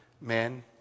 men